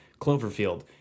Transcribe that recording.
Cloverfield